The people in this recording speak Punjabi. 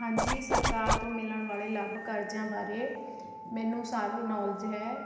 ਹਾਂਜੀ ਸਰਕਾਰ ਤੋਂ ਮਿਲਣ ਵਾਲੇ ਲਾਭ ਕਾਰਜਾਂ ਬਾਰੇ ਮੈਨੂੰ ਸਾਰੀ ਨੌਲੇਜ ਹੈ